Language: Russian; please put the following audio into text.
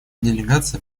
делегация